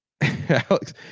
Alex